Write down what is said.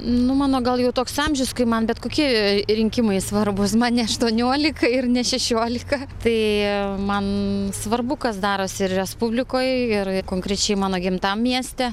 nu mano gal jau toks amžius kai man bet kokie rinkimai svarbūs man ne aštuoniolika ir ne šešiolika tai man svarbu kas darosi respublikoj ir konkrečiai mano gimtam mieste